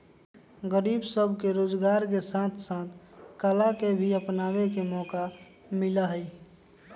गरीब सब के रोजगार के साथ साथ कला के भी अपनावे के मौका मिला हई